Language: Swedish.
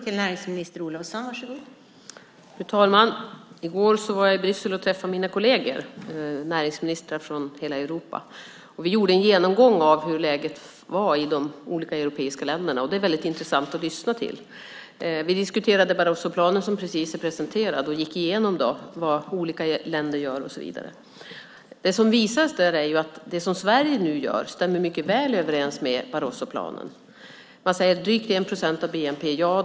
Fru talman! I går var jag i Bryssel och träffade mina kolleger, näringsministrar från hela Europa. Vi gjorde en genomgång av hur läget var i de olika europeiska länderna. Det var väldigt intressant att lyssna till. Vi diskuterade Barrosoplanen, som precis är presenterad, och gick igenom vad olika länder gör, och så vidare. Det visade sig att det som Sverige nu gör stämmer mycket väl överens med Barrosoplanen. Man säger att det ska vara drygt 1 procent av bnp.